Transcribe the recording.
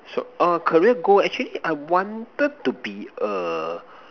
so uh career goal actually I wanted to be a